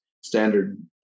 standard